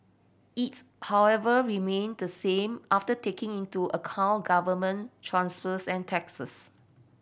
it however remained the same after taking into account government transfers and taxes